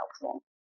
helpful